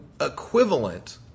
equivalent